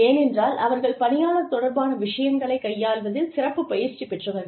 ஏனென்றால் அவர்கள் பணியாளர் தொடர்பான விஷயங்களைக் கையாள்வதில் சிறப்புப் பயிற்சி பெற்றவர்கள்